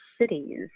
cities